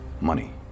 Money